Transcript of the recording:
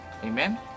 Amen